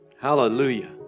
Hallelujah